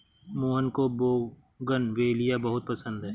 मोहन को बोगनवेलिया बहुत पसंद है